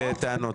בטענות.